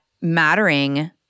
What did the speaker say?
mattering